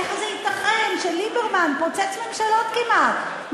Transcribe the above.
איך זה ייתכן שליברמן פוצץ ממשלות כמעט,